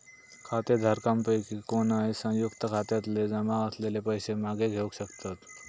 खातेधारकांपैकी कोणय, संयुक्त खात्यातले जमा असलेले पैशे मागे घेवक शकतत